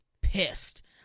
pissed